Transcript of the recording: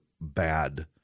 bad